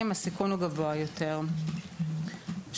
עושים הדרכות, הסברה, בתוך בית הספר, בטיפות החלב,